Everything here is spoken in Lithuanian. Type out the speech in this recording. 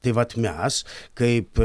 tai vat mes kaip